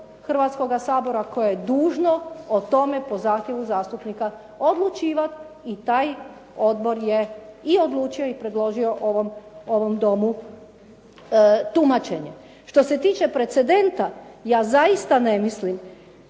Hrvatskoga sabora koje je dužno o tome po zahtjevu zastupnika odlučivati i taj odbor je i odlučio i predložio ovom Domu tumačenje. Što se tiče precedenta ja zaista ne mislim,